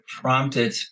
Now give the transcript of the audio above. prompted